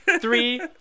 three